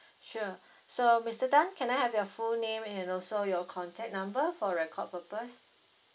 sure so mister tan can I have your full name and also your contact number for record purpose